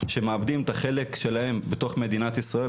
שמאבדים את החלק שלהם בתוך מדינת ישראל.